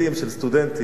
של סטודנטים.